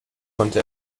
konnte